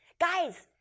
Guys